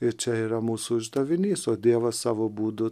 ir čia yra mūsų uždavinys o dievas savo būdu